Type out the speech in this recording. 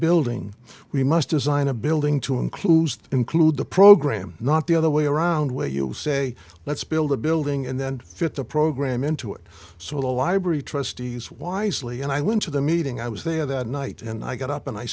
building we must design a building to include include the program not the other way around where you say let's build a building and then fit the program into it so the library trustees wisely and i went to the meeting i was there that night and i got up and i